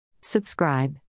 Subscribe